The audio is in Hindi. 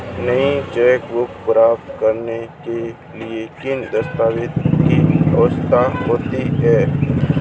नई चेकबुक प्राप्त करने के लिए किन दस्तावेज़ों की आवश्यकता होती है?